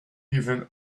even